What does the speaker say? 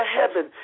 heaven